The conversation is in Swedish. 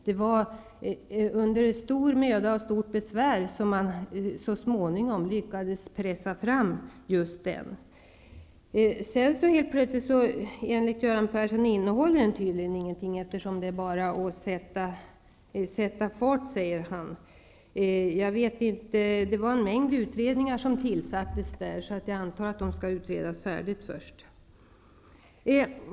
Det var under stor möda och stort besvär som regeringen så småningom lyckade pressa fram den. Enligt Göran Persson innehåller denna proposition helt plötsligt tydligen ingenting, eftersom det enligt honom bara är att sätta fart. Det var en mängd utredningar som tillsattes, och jag antar att de skall arbeta färdigt först.